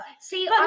See